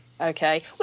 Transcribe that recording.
Okay